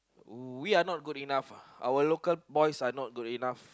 we are not good enough our local boys are not good enough